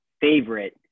favorite